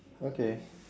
okay